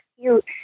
cute